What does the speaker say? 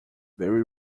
very